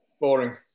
Boring